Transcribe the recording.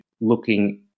looking